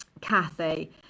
Kathy